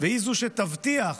והיא שתבטיח